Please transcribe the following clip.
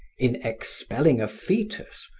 in expelling a foetus,